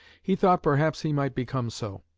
he thought perhaps he might become so.